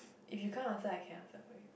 if you can't answer I can answer for you